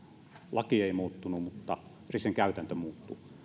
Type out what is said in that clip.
laki ei muuttunut mutta risen käytäntö